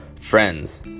Friends